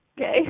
okay